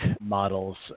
models